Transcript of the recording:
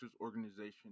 organization